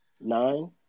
nine